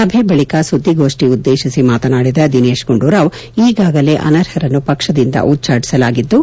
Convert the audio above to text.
ಸಭೆ ಬಳಿಕ ಸುದ್ದಿಗೋಷ್ಟಿ ಉದ್ದೇತಿಸಿ ಮಾತನಾಡಿದ ದಿನೇಶ್ ಗುಂಡೂರಾವ್ ಈಗಾಗಲೇ ಅನರ್ಹರನ್ನು ಪಕ್ಷದಿಂದ ಉಚ್ದಾಟಿಸಲಾಗಿದ್ದು